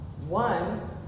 One